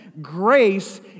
Grace